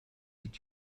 did